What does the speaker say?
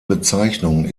bezeichnung